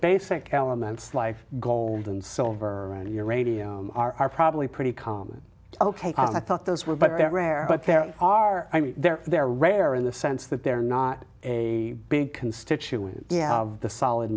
basic elements life gold and silver and uranium are probably pretty common ok i thought those were but they're rare but there are i mean they're they're rare in the sense that they're not a big constituent of the solid